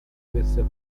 avesse